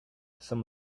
some